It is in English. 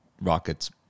Rockets